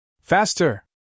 Faster